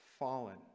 fallen